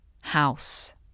house